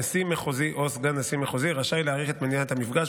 נשיא מחוזי או סגן נשיא מחוזי רשאי להאריך את מניעת המפגש